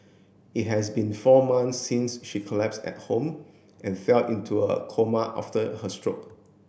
it has been four months since she collapsed at home and fell into a coma after her stroke